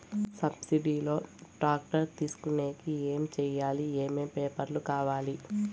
Subsidy లో tractor తీసుకొనేకి ఏమి చేయాలి? ఏమేమి పేపర్లు కావాలి?